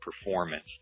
performance